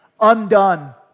undone